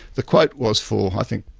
the quote was for, i think,